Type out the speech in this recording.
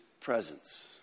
presence